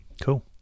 Cool